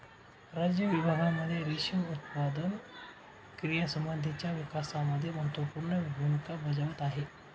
राज्य विभागांमध्ये रेशीम उत्पादन क्रियांसंबंधीच्या विकासामध्ये महत्त्वपूर्ण भूमिका बजावत आहे